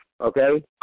okay